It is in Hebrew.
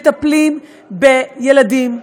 מטפלים בילדים,